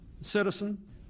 citizen